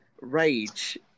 rage